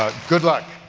good luck.